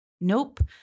Nope